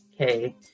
Okay